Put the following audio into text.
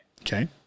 Okay